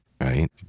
right